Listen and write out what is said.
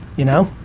you know?